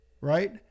Right